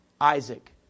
Isaac